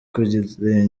kurengera